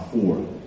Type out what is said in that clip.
four